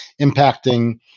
impacting